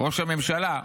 ראש הממשלה,